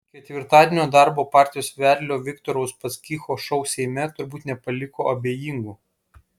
ketvirtadienio darbo partijos vedlio viktoro uspaskicho šou seime turbūt nepaliko abejingų